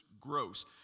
gross